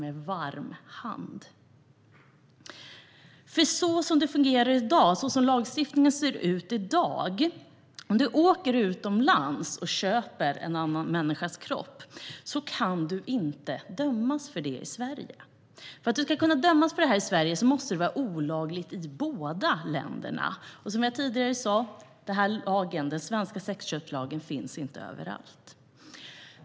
Som lagstiftningen ser ut i dag kan du inte dömas i Sverige om du åker utomlands och köper en annan människas kropp. För att du ska kunna dömas för det i Sverige måste det vara olagligt i båda länderna. Som jag tidigare sa: Den svenska sexköpslagen finns inte överallt.